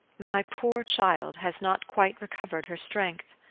my poor child has not quite recovered her strength.